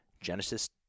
Genesis